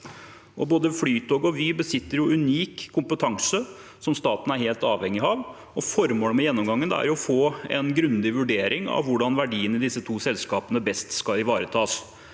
Både Flytoget og Vy besitter unik kompetanse som staten er helt avhengig av. Formålet med gjennomgangen er å få en grundig vurdering av hvordan verdiene i disse to selskapene best skal ivaretas.